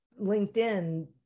LinkedIn